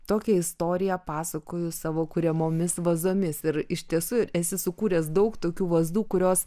tokią istoriją pasakoju savo kuriamomis vazomis ir iš tiesų esi sukūręs daug tokių vazų kurios